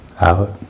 Out